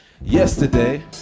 Yesterday